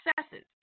successes